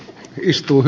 kiva kuulla